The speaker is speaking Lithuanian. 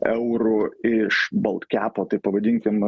eurų iš bolt kepo taip pavadinkim